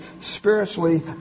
spiritually